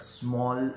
small